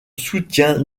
soutien